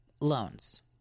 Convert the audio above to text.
loans